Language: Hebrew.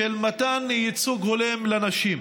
של מתן ייצוג הולם לנשים.